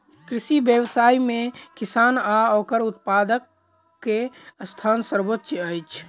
कृषि व्यवसाय मे किसान आ ओकर उत्पादकक स्थान सर्वोच्य अछि